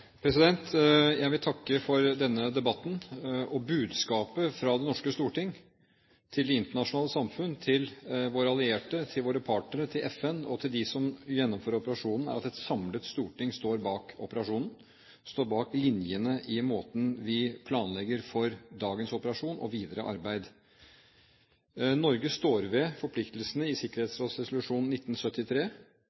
budskapet fra det norske storting til det internasjonale samfunn, til våre allierte, til våre partnere, til FN og til dem som gjennomfører operasjonen, er at et samlet storting står bak operasjonen, står bak linjene i måten vi planlegger for dagens operasjon og videre arbeid. Norge står ved forpliktelsene i